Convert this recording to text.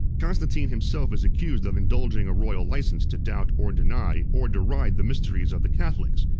constantine himself is accused of indulging a royal license to doubt, or deny, or deride the mysteries of the catholics,